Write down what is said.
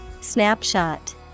Snapshot